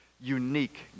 unique